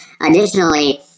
Additionally